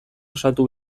osatu